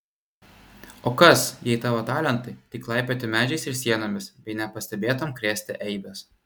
o kas jei tavo talentai tik laipioti medžiais ir sienomis bei nepastebėtam krėsti eibes